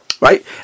right